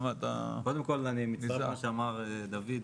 קודם כל אני מצטרף למה שאמר דוד,